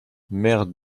maire